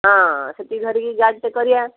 ହଁ ଗାଡ଼ିଟେ କରିବା